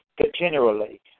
continually